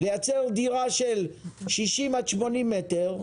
לייצר דירה של 60, 80 מטר,